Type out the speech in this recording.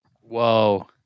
Whoa